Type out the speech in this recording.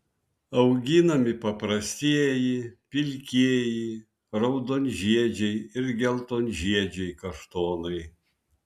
auginami paprastieji pilkieji raudonžiedžiai ir geltonžiedžiai kaštonai